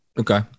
Okay